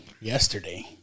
yesterday